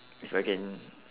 if I can